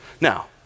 Now